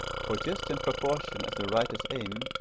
for just in proportion as the writer's aim,